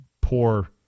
poor